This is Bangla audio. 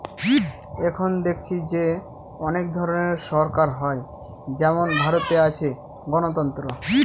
এখন দেখেছি যে অনেক ধরনের সরকার হয় যেমন ভারতে আছে গণতন্ত্র